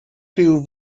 rhyw